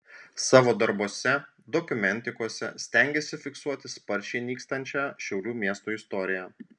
savo darbuose dokumentikose stengiasi fiksuoti sparčiai nykstančią šiaulių miesto istoriją